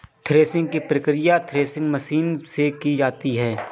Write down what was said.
threshing की प्रकिया threshing machine से की जाती है